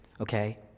okay